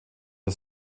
der